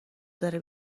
داره